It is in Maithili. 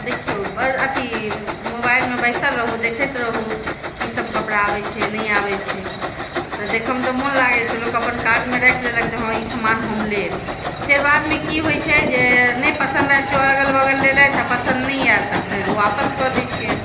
देखियौ बड़ अथी मोबाइलमे बैसल रहू देखैत रहू कीसभ कपड़ा आबैत छै नहि आबैत छै तऽ देखयमे तऽ मोन लागैत छै अपन कार्टमे राखि लेलक जे हँ ई समान हम लेब फेर बादमे की होइत छै जे नहि पसन्द आयल कियो अगल बगल लेलथि आ पसन्द नहि आयल तऽ वापस कऽ दैत छियनि